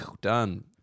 done